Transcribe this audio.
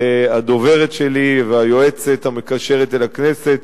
הדוברת שלי והיועצת המקשרת אל הכנסת,